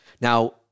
Now